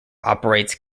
operates